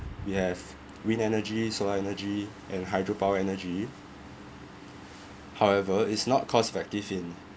we have wind energy solar energy and hydro power energy however it's not cost effective in